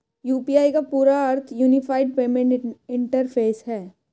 UPI का पूरा अर्थ यूनिफाइड पेमेंट इंटरफ़ेस है